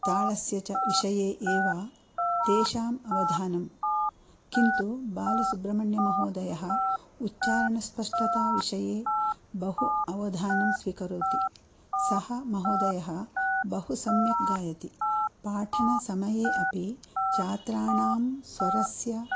तालस्य च विषये एव तेषाम् अवधानं किन्तु बालसुब्रह्मण्यमहोदयः उच्चारणस्पष्टताविषये बहु अवधानं स्वीकरोति सः महोदयः बहु सम्यक् गायति पाठनसमये अपि छात्राणां स्वरस्य